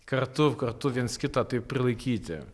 kartu kartu viens kitą taip prilaikyti